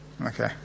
Okay